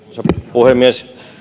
puhemies